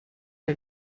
for